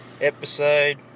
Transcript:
Episode